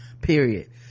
period